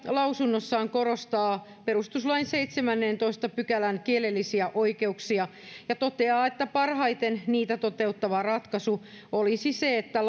lausunnossaan perustuslain seitsemännentoista pykälän kielellisiä oikeuksia ja totesi että parhaiten niitä toteuttava ratkaisu olisi se että